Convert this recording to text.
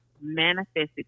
manifested